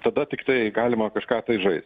tada tiktai galima kažką tai žaist